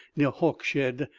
near hawkshead,